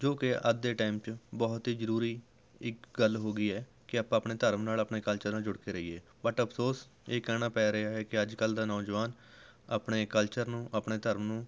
ਜੋ ਕਿ ਅੱਜ ਦੇ ਟਾਈਮ 'ਚ ਬਹੁਤ ਹੀ ਜ਼ਰੂਰੀ ਇੱਕ ਗੱਲ ਹੋ ਗਈ ਹੈ ਕਿ ਆਪਾਂ ਆਪਣੇ ਧਰਮ ਨਾਲ਼ ਆਪਣੇ ਕਲਚਰ ਨਾਲ਼ ਜੁੜ ਕੇ ਰਹੀਏ ਬਟ ਅਫ਼ਸੋਸ ਇਹ ਕਹਿਣਾ ਪੈ ਰਿਹਾ ਹੈ ਕਿ ਅੱਜ ਕੱਲ੍ਹ ਦਾ ਨੌਜਵਾਨ ਆਪਣੇ ਕਲਚਰ ਨੂੰ ਆਪਣੇ ਧਰਮ ਨੂੰ